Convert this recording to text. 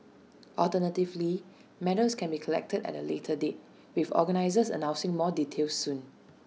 alternatively medals can be collected at A later date with organisers announcing more details soon